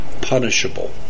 Punishable